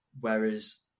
whereas